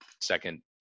second